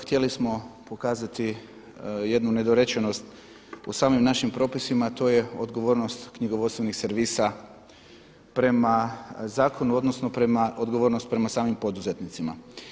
Htjeli smo pokazati jednu nedorečenost u samim našim propisima, to je odgovornost knjigovodstvenih servisa prema zakonu odnosno prema odgovornost prema samim poduzetnicima.